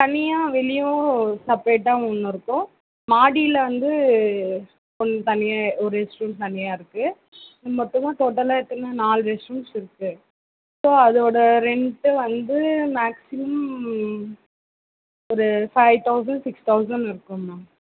தனியாக வெளியும் செப்ரேட்டாக ஒன்று இருக்கும் மாடியில் வந்து ஒன்று தனியாக ஒரு ரெஸ்ட் ரூம் தனியாக இருக்கு மொத்தமாக டோட்டல்லாக எத்தனை நாலு ரெஸ்ட் ரூம்ஸ் இருக்கு ஸோ அதோட ரெண்ட்டு வந்து மேக்ஸிமம் ஒரு ஃபைவ் தௌசண்ட் சிக்ஸ் தௌசண்ட் இருக்கும் மேம்